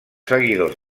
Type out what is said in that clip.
seguidors